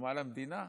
בתרומה למדינה?